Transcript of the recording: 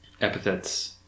epithets